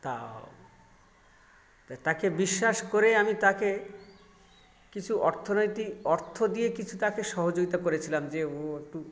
তা তা তাকে বিশ্বাস করে আমি তাকে কিছু অর্থনৈতিক অর্থ দিয়ে কিছু তাকে সহযোগিতা করেছিলাম যে ও একটু